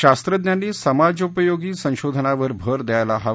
शास्त्रज्ञांनी समाजोपयोगी संशोधनावर भर द्यायला हवा